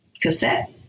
cassette